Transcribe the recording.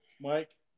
Mike